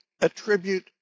attribute